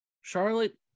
Charlotte